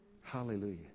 Hallelujah